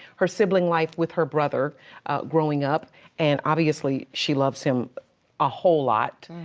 her sibling life with her brother growing up and obviously she loves him a whole lot.